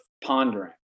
pondering